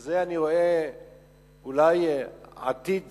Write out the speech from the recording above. ואת זה אני רואה אולי כעתיד